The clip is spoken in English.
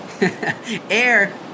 Air